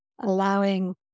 allowing